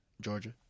Georgia